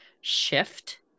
shift